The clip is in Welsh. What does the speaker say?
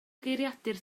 geiriadur